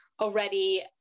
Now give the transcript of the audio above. already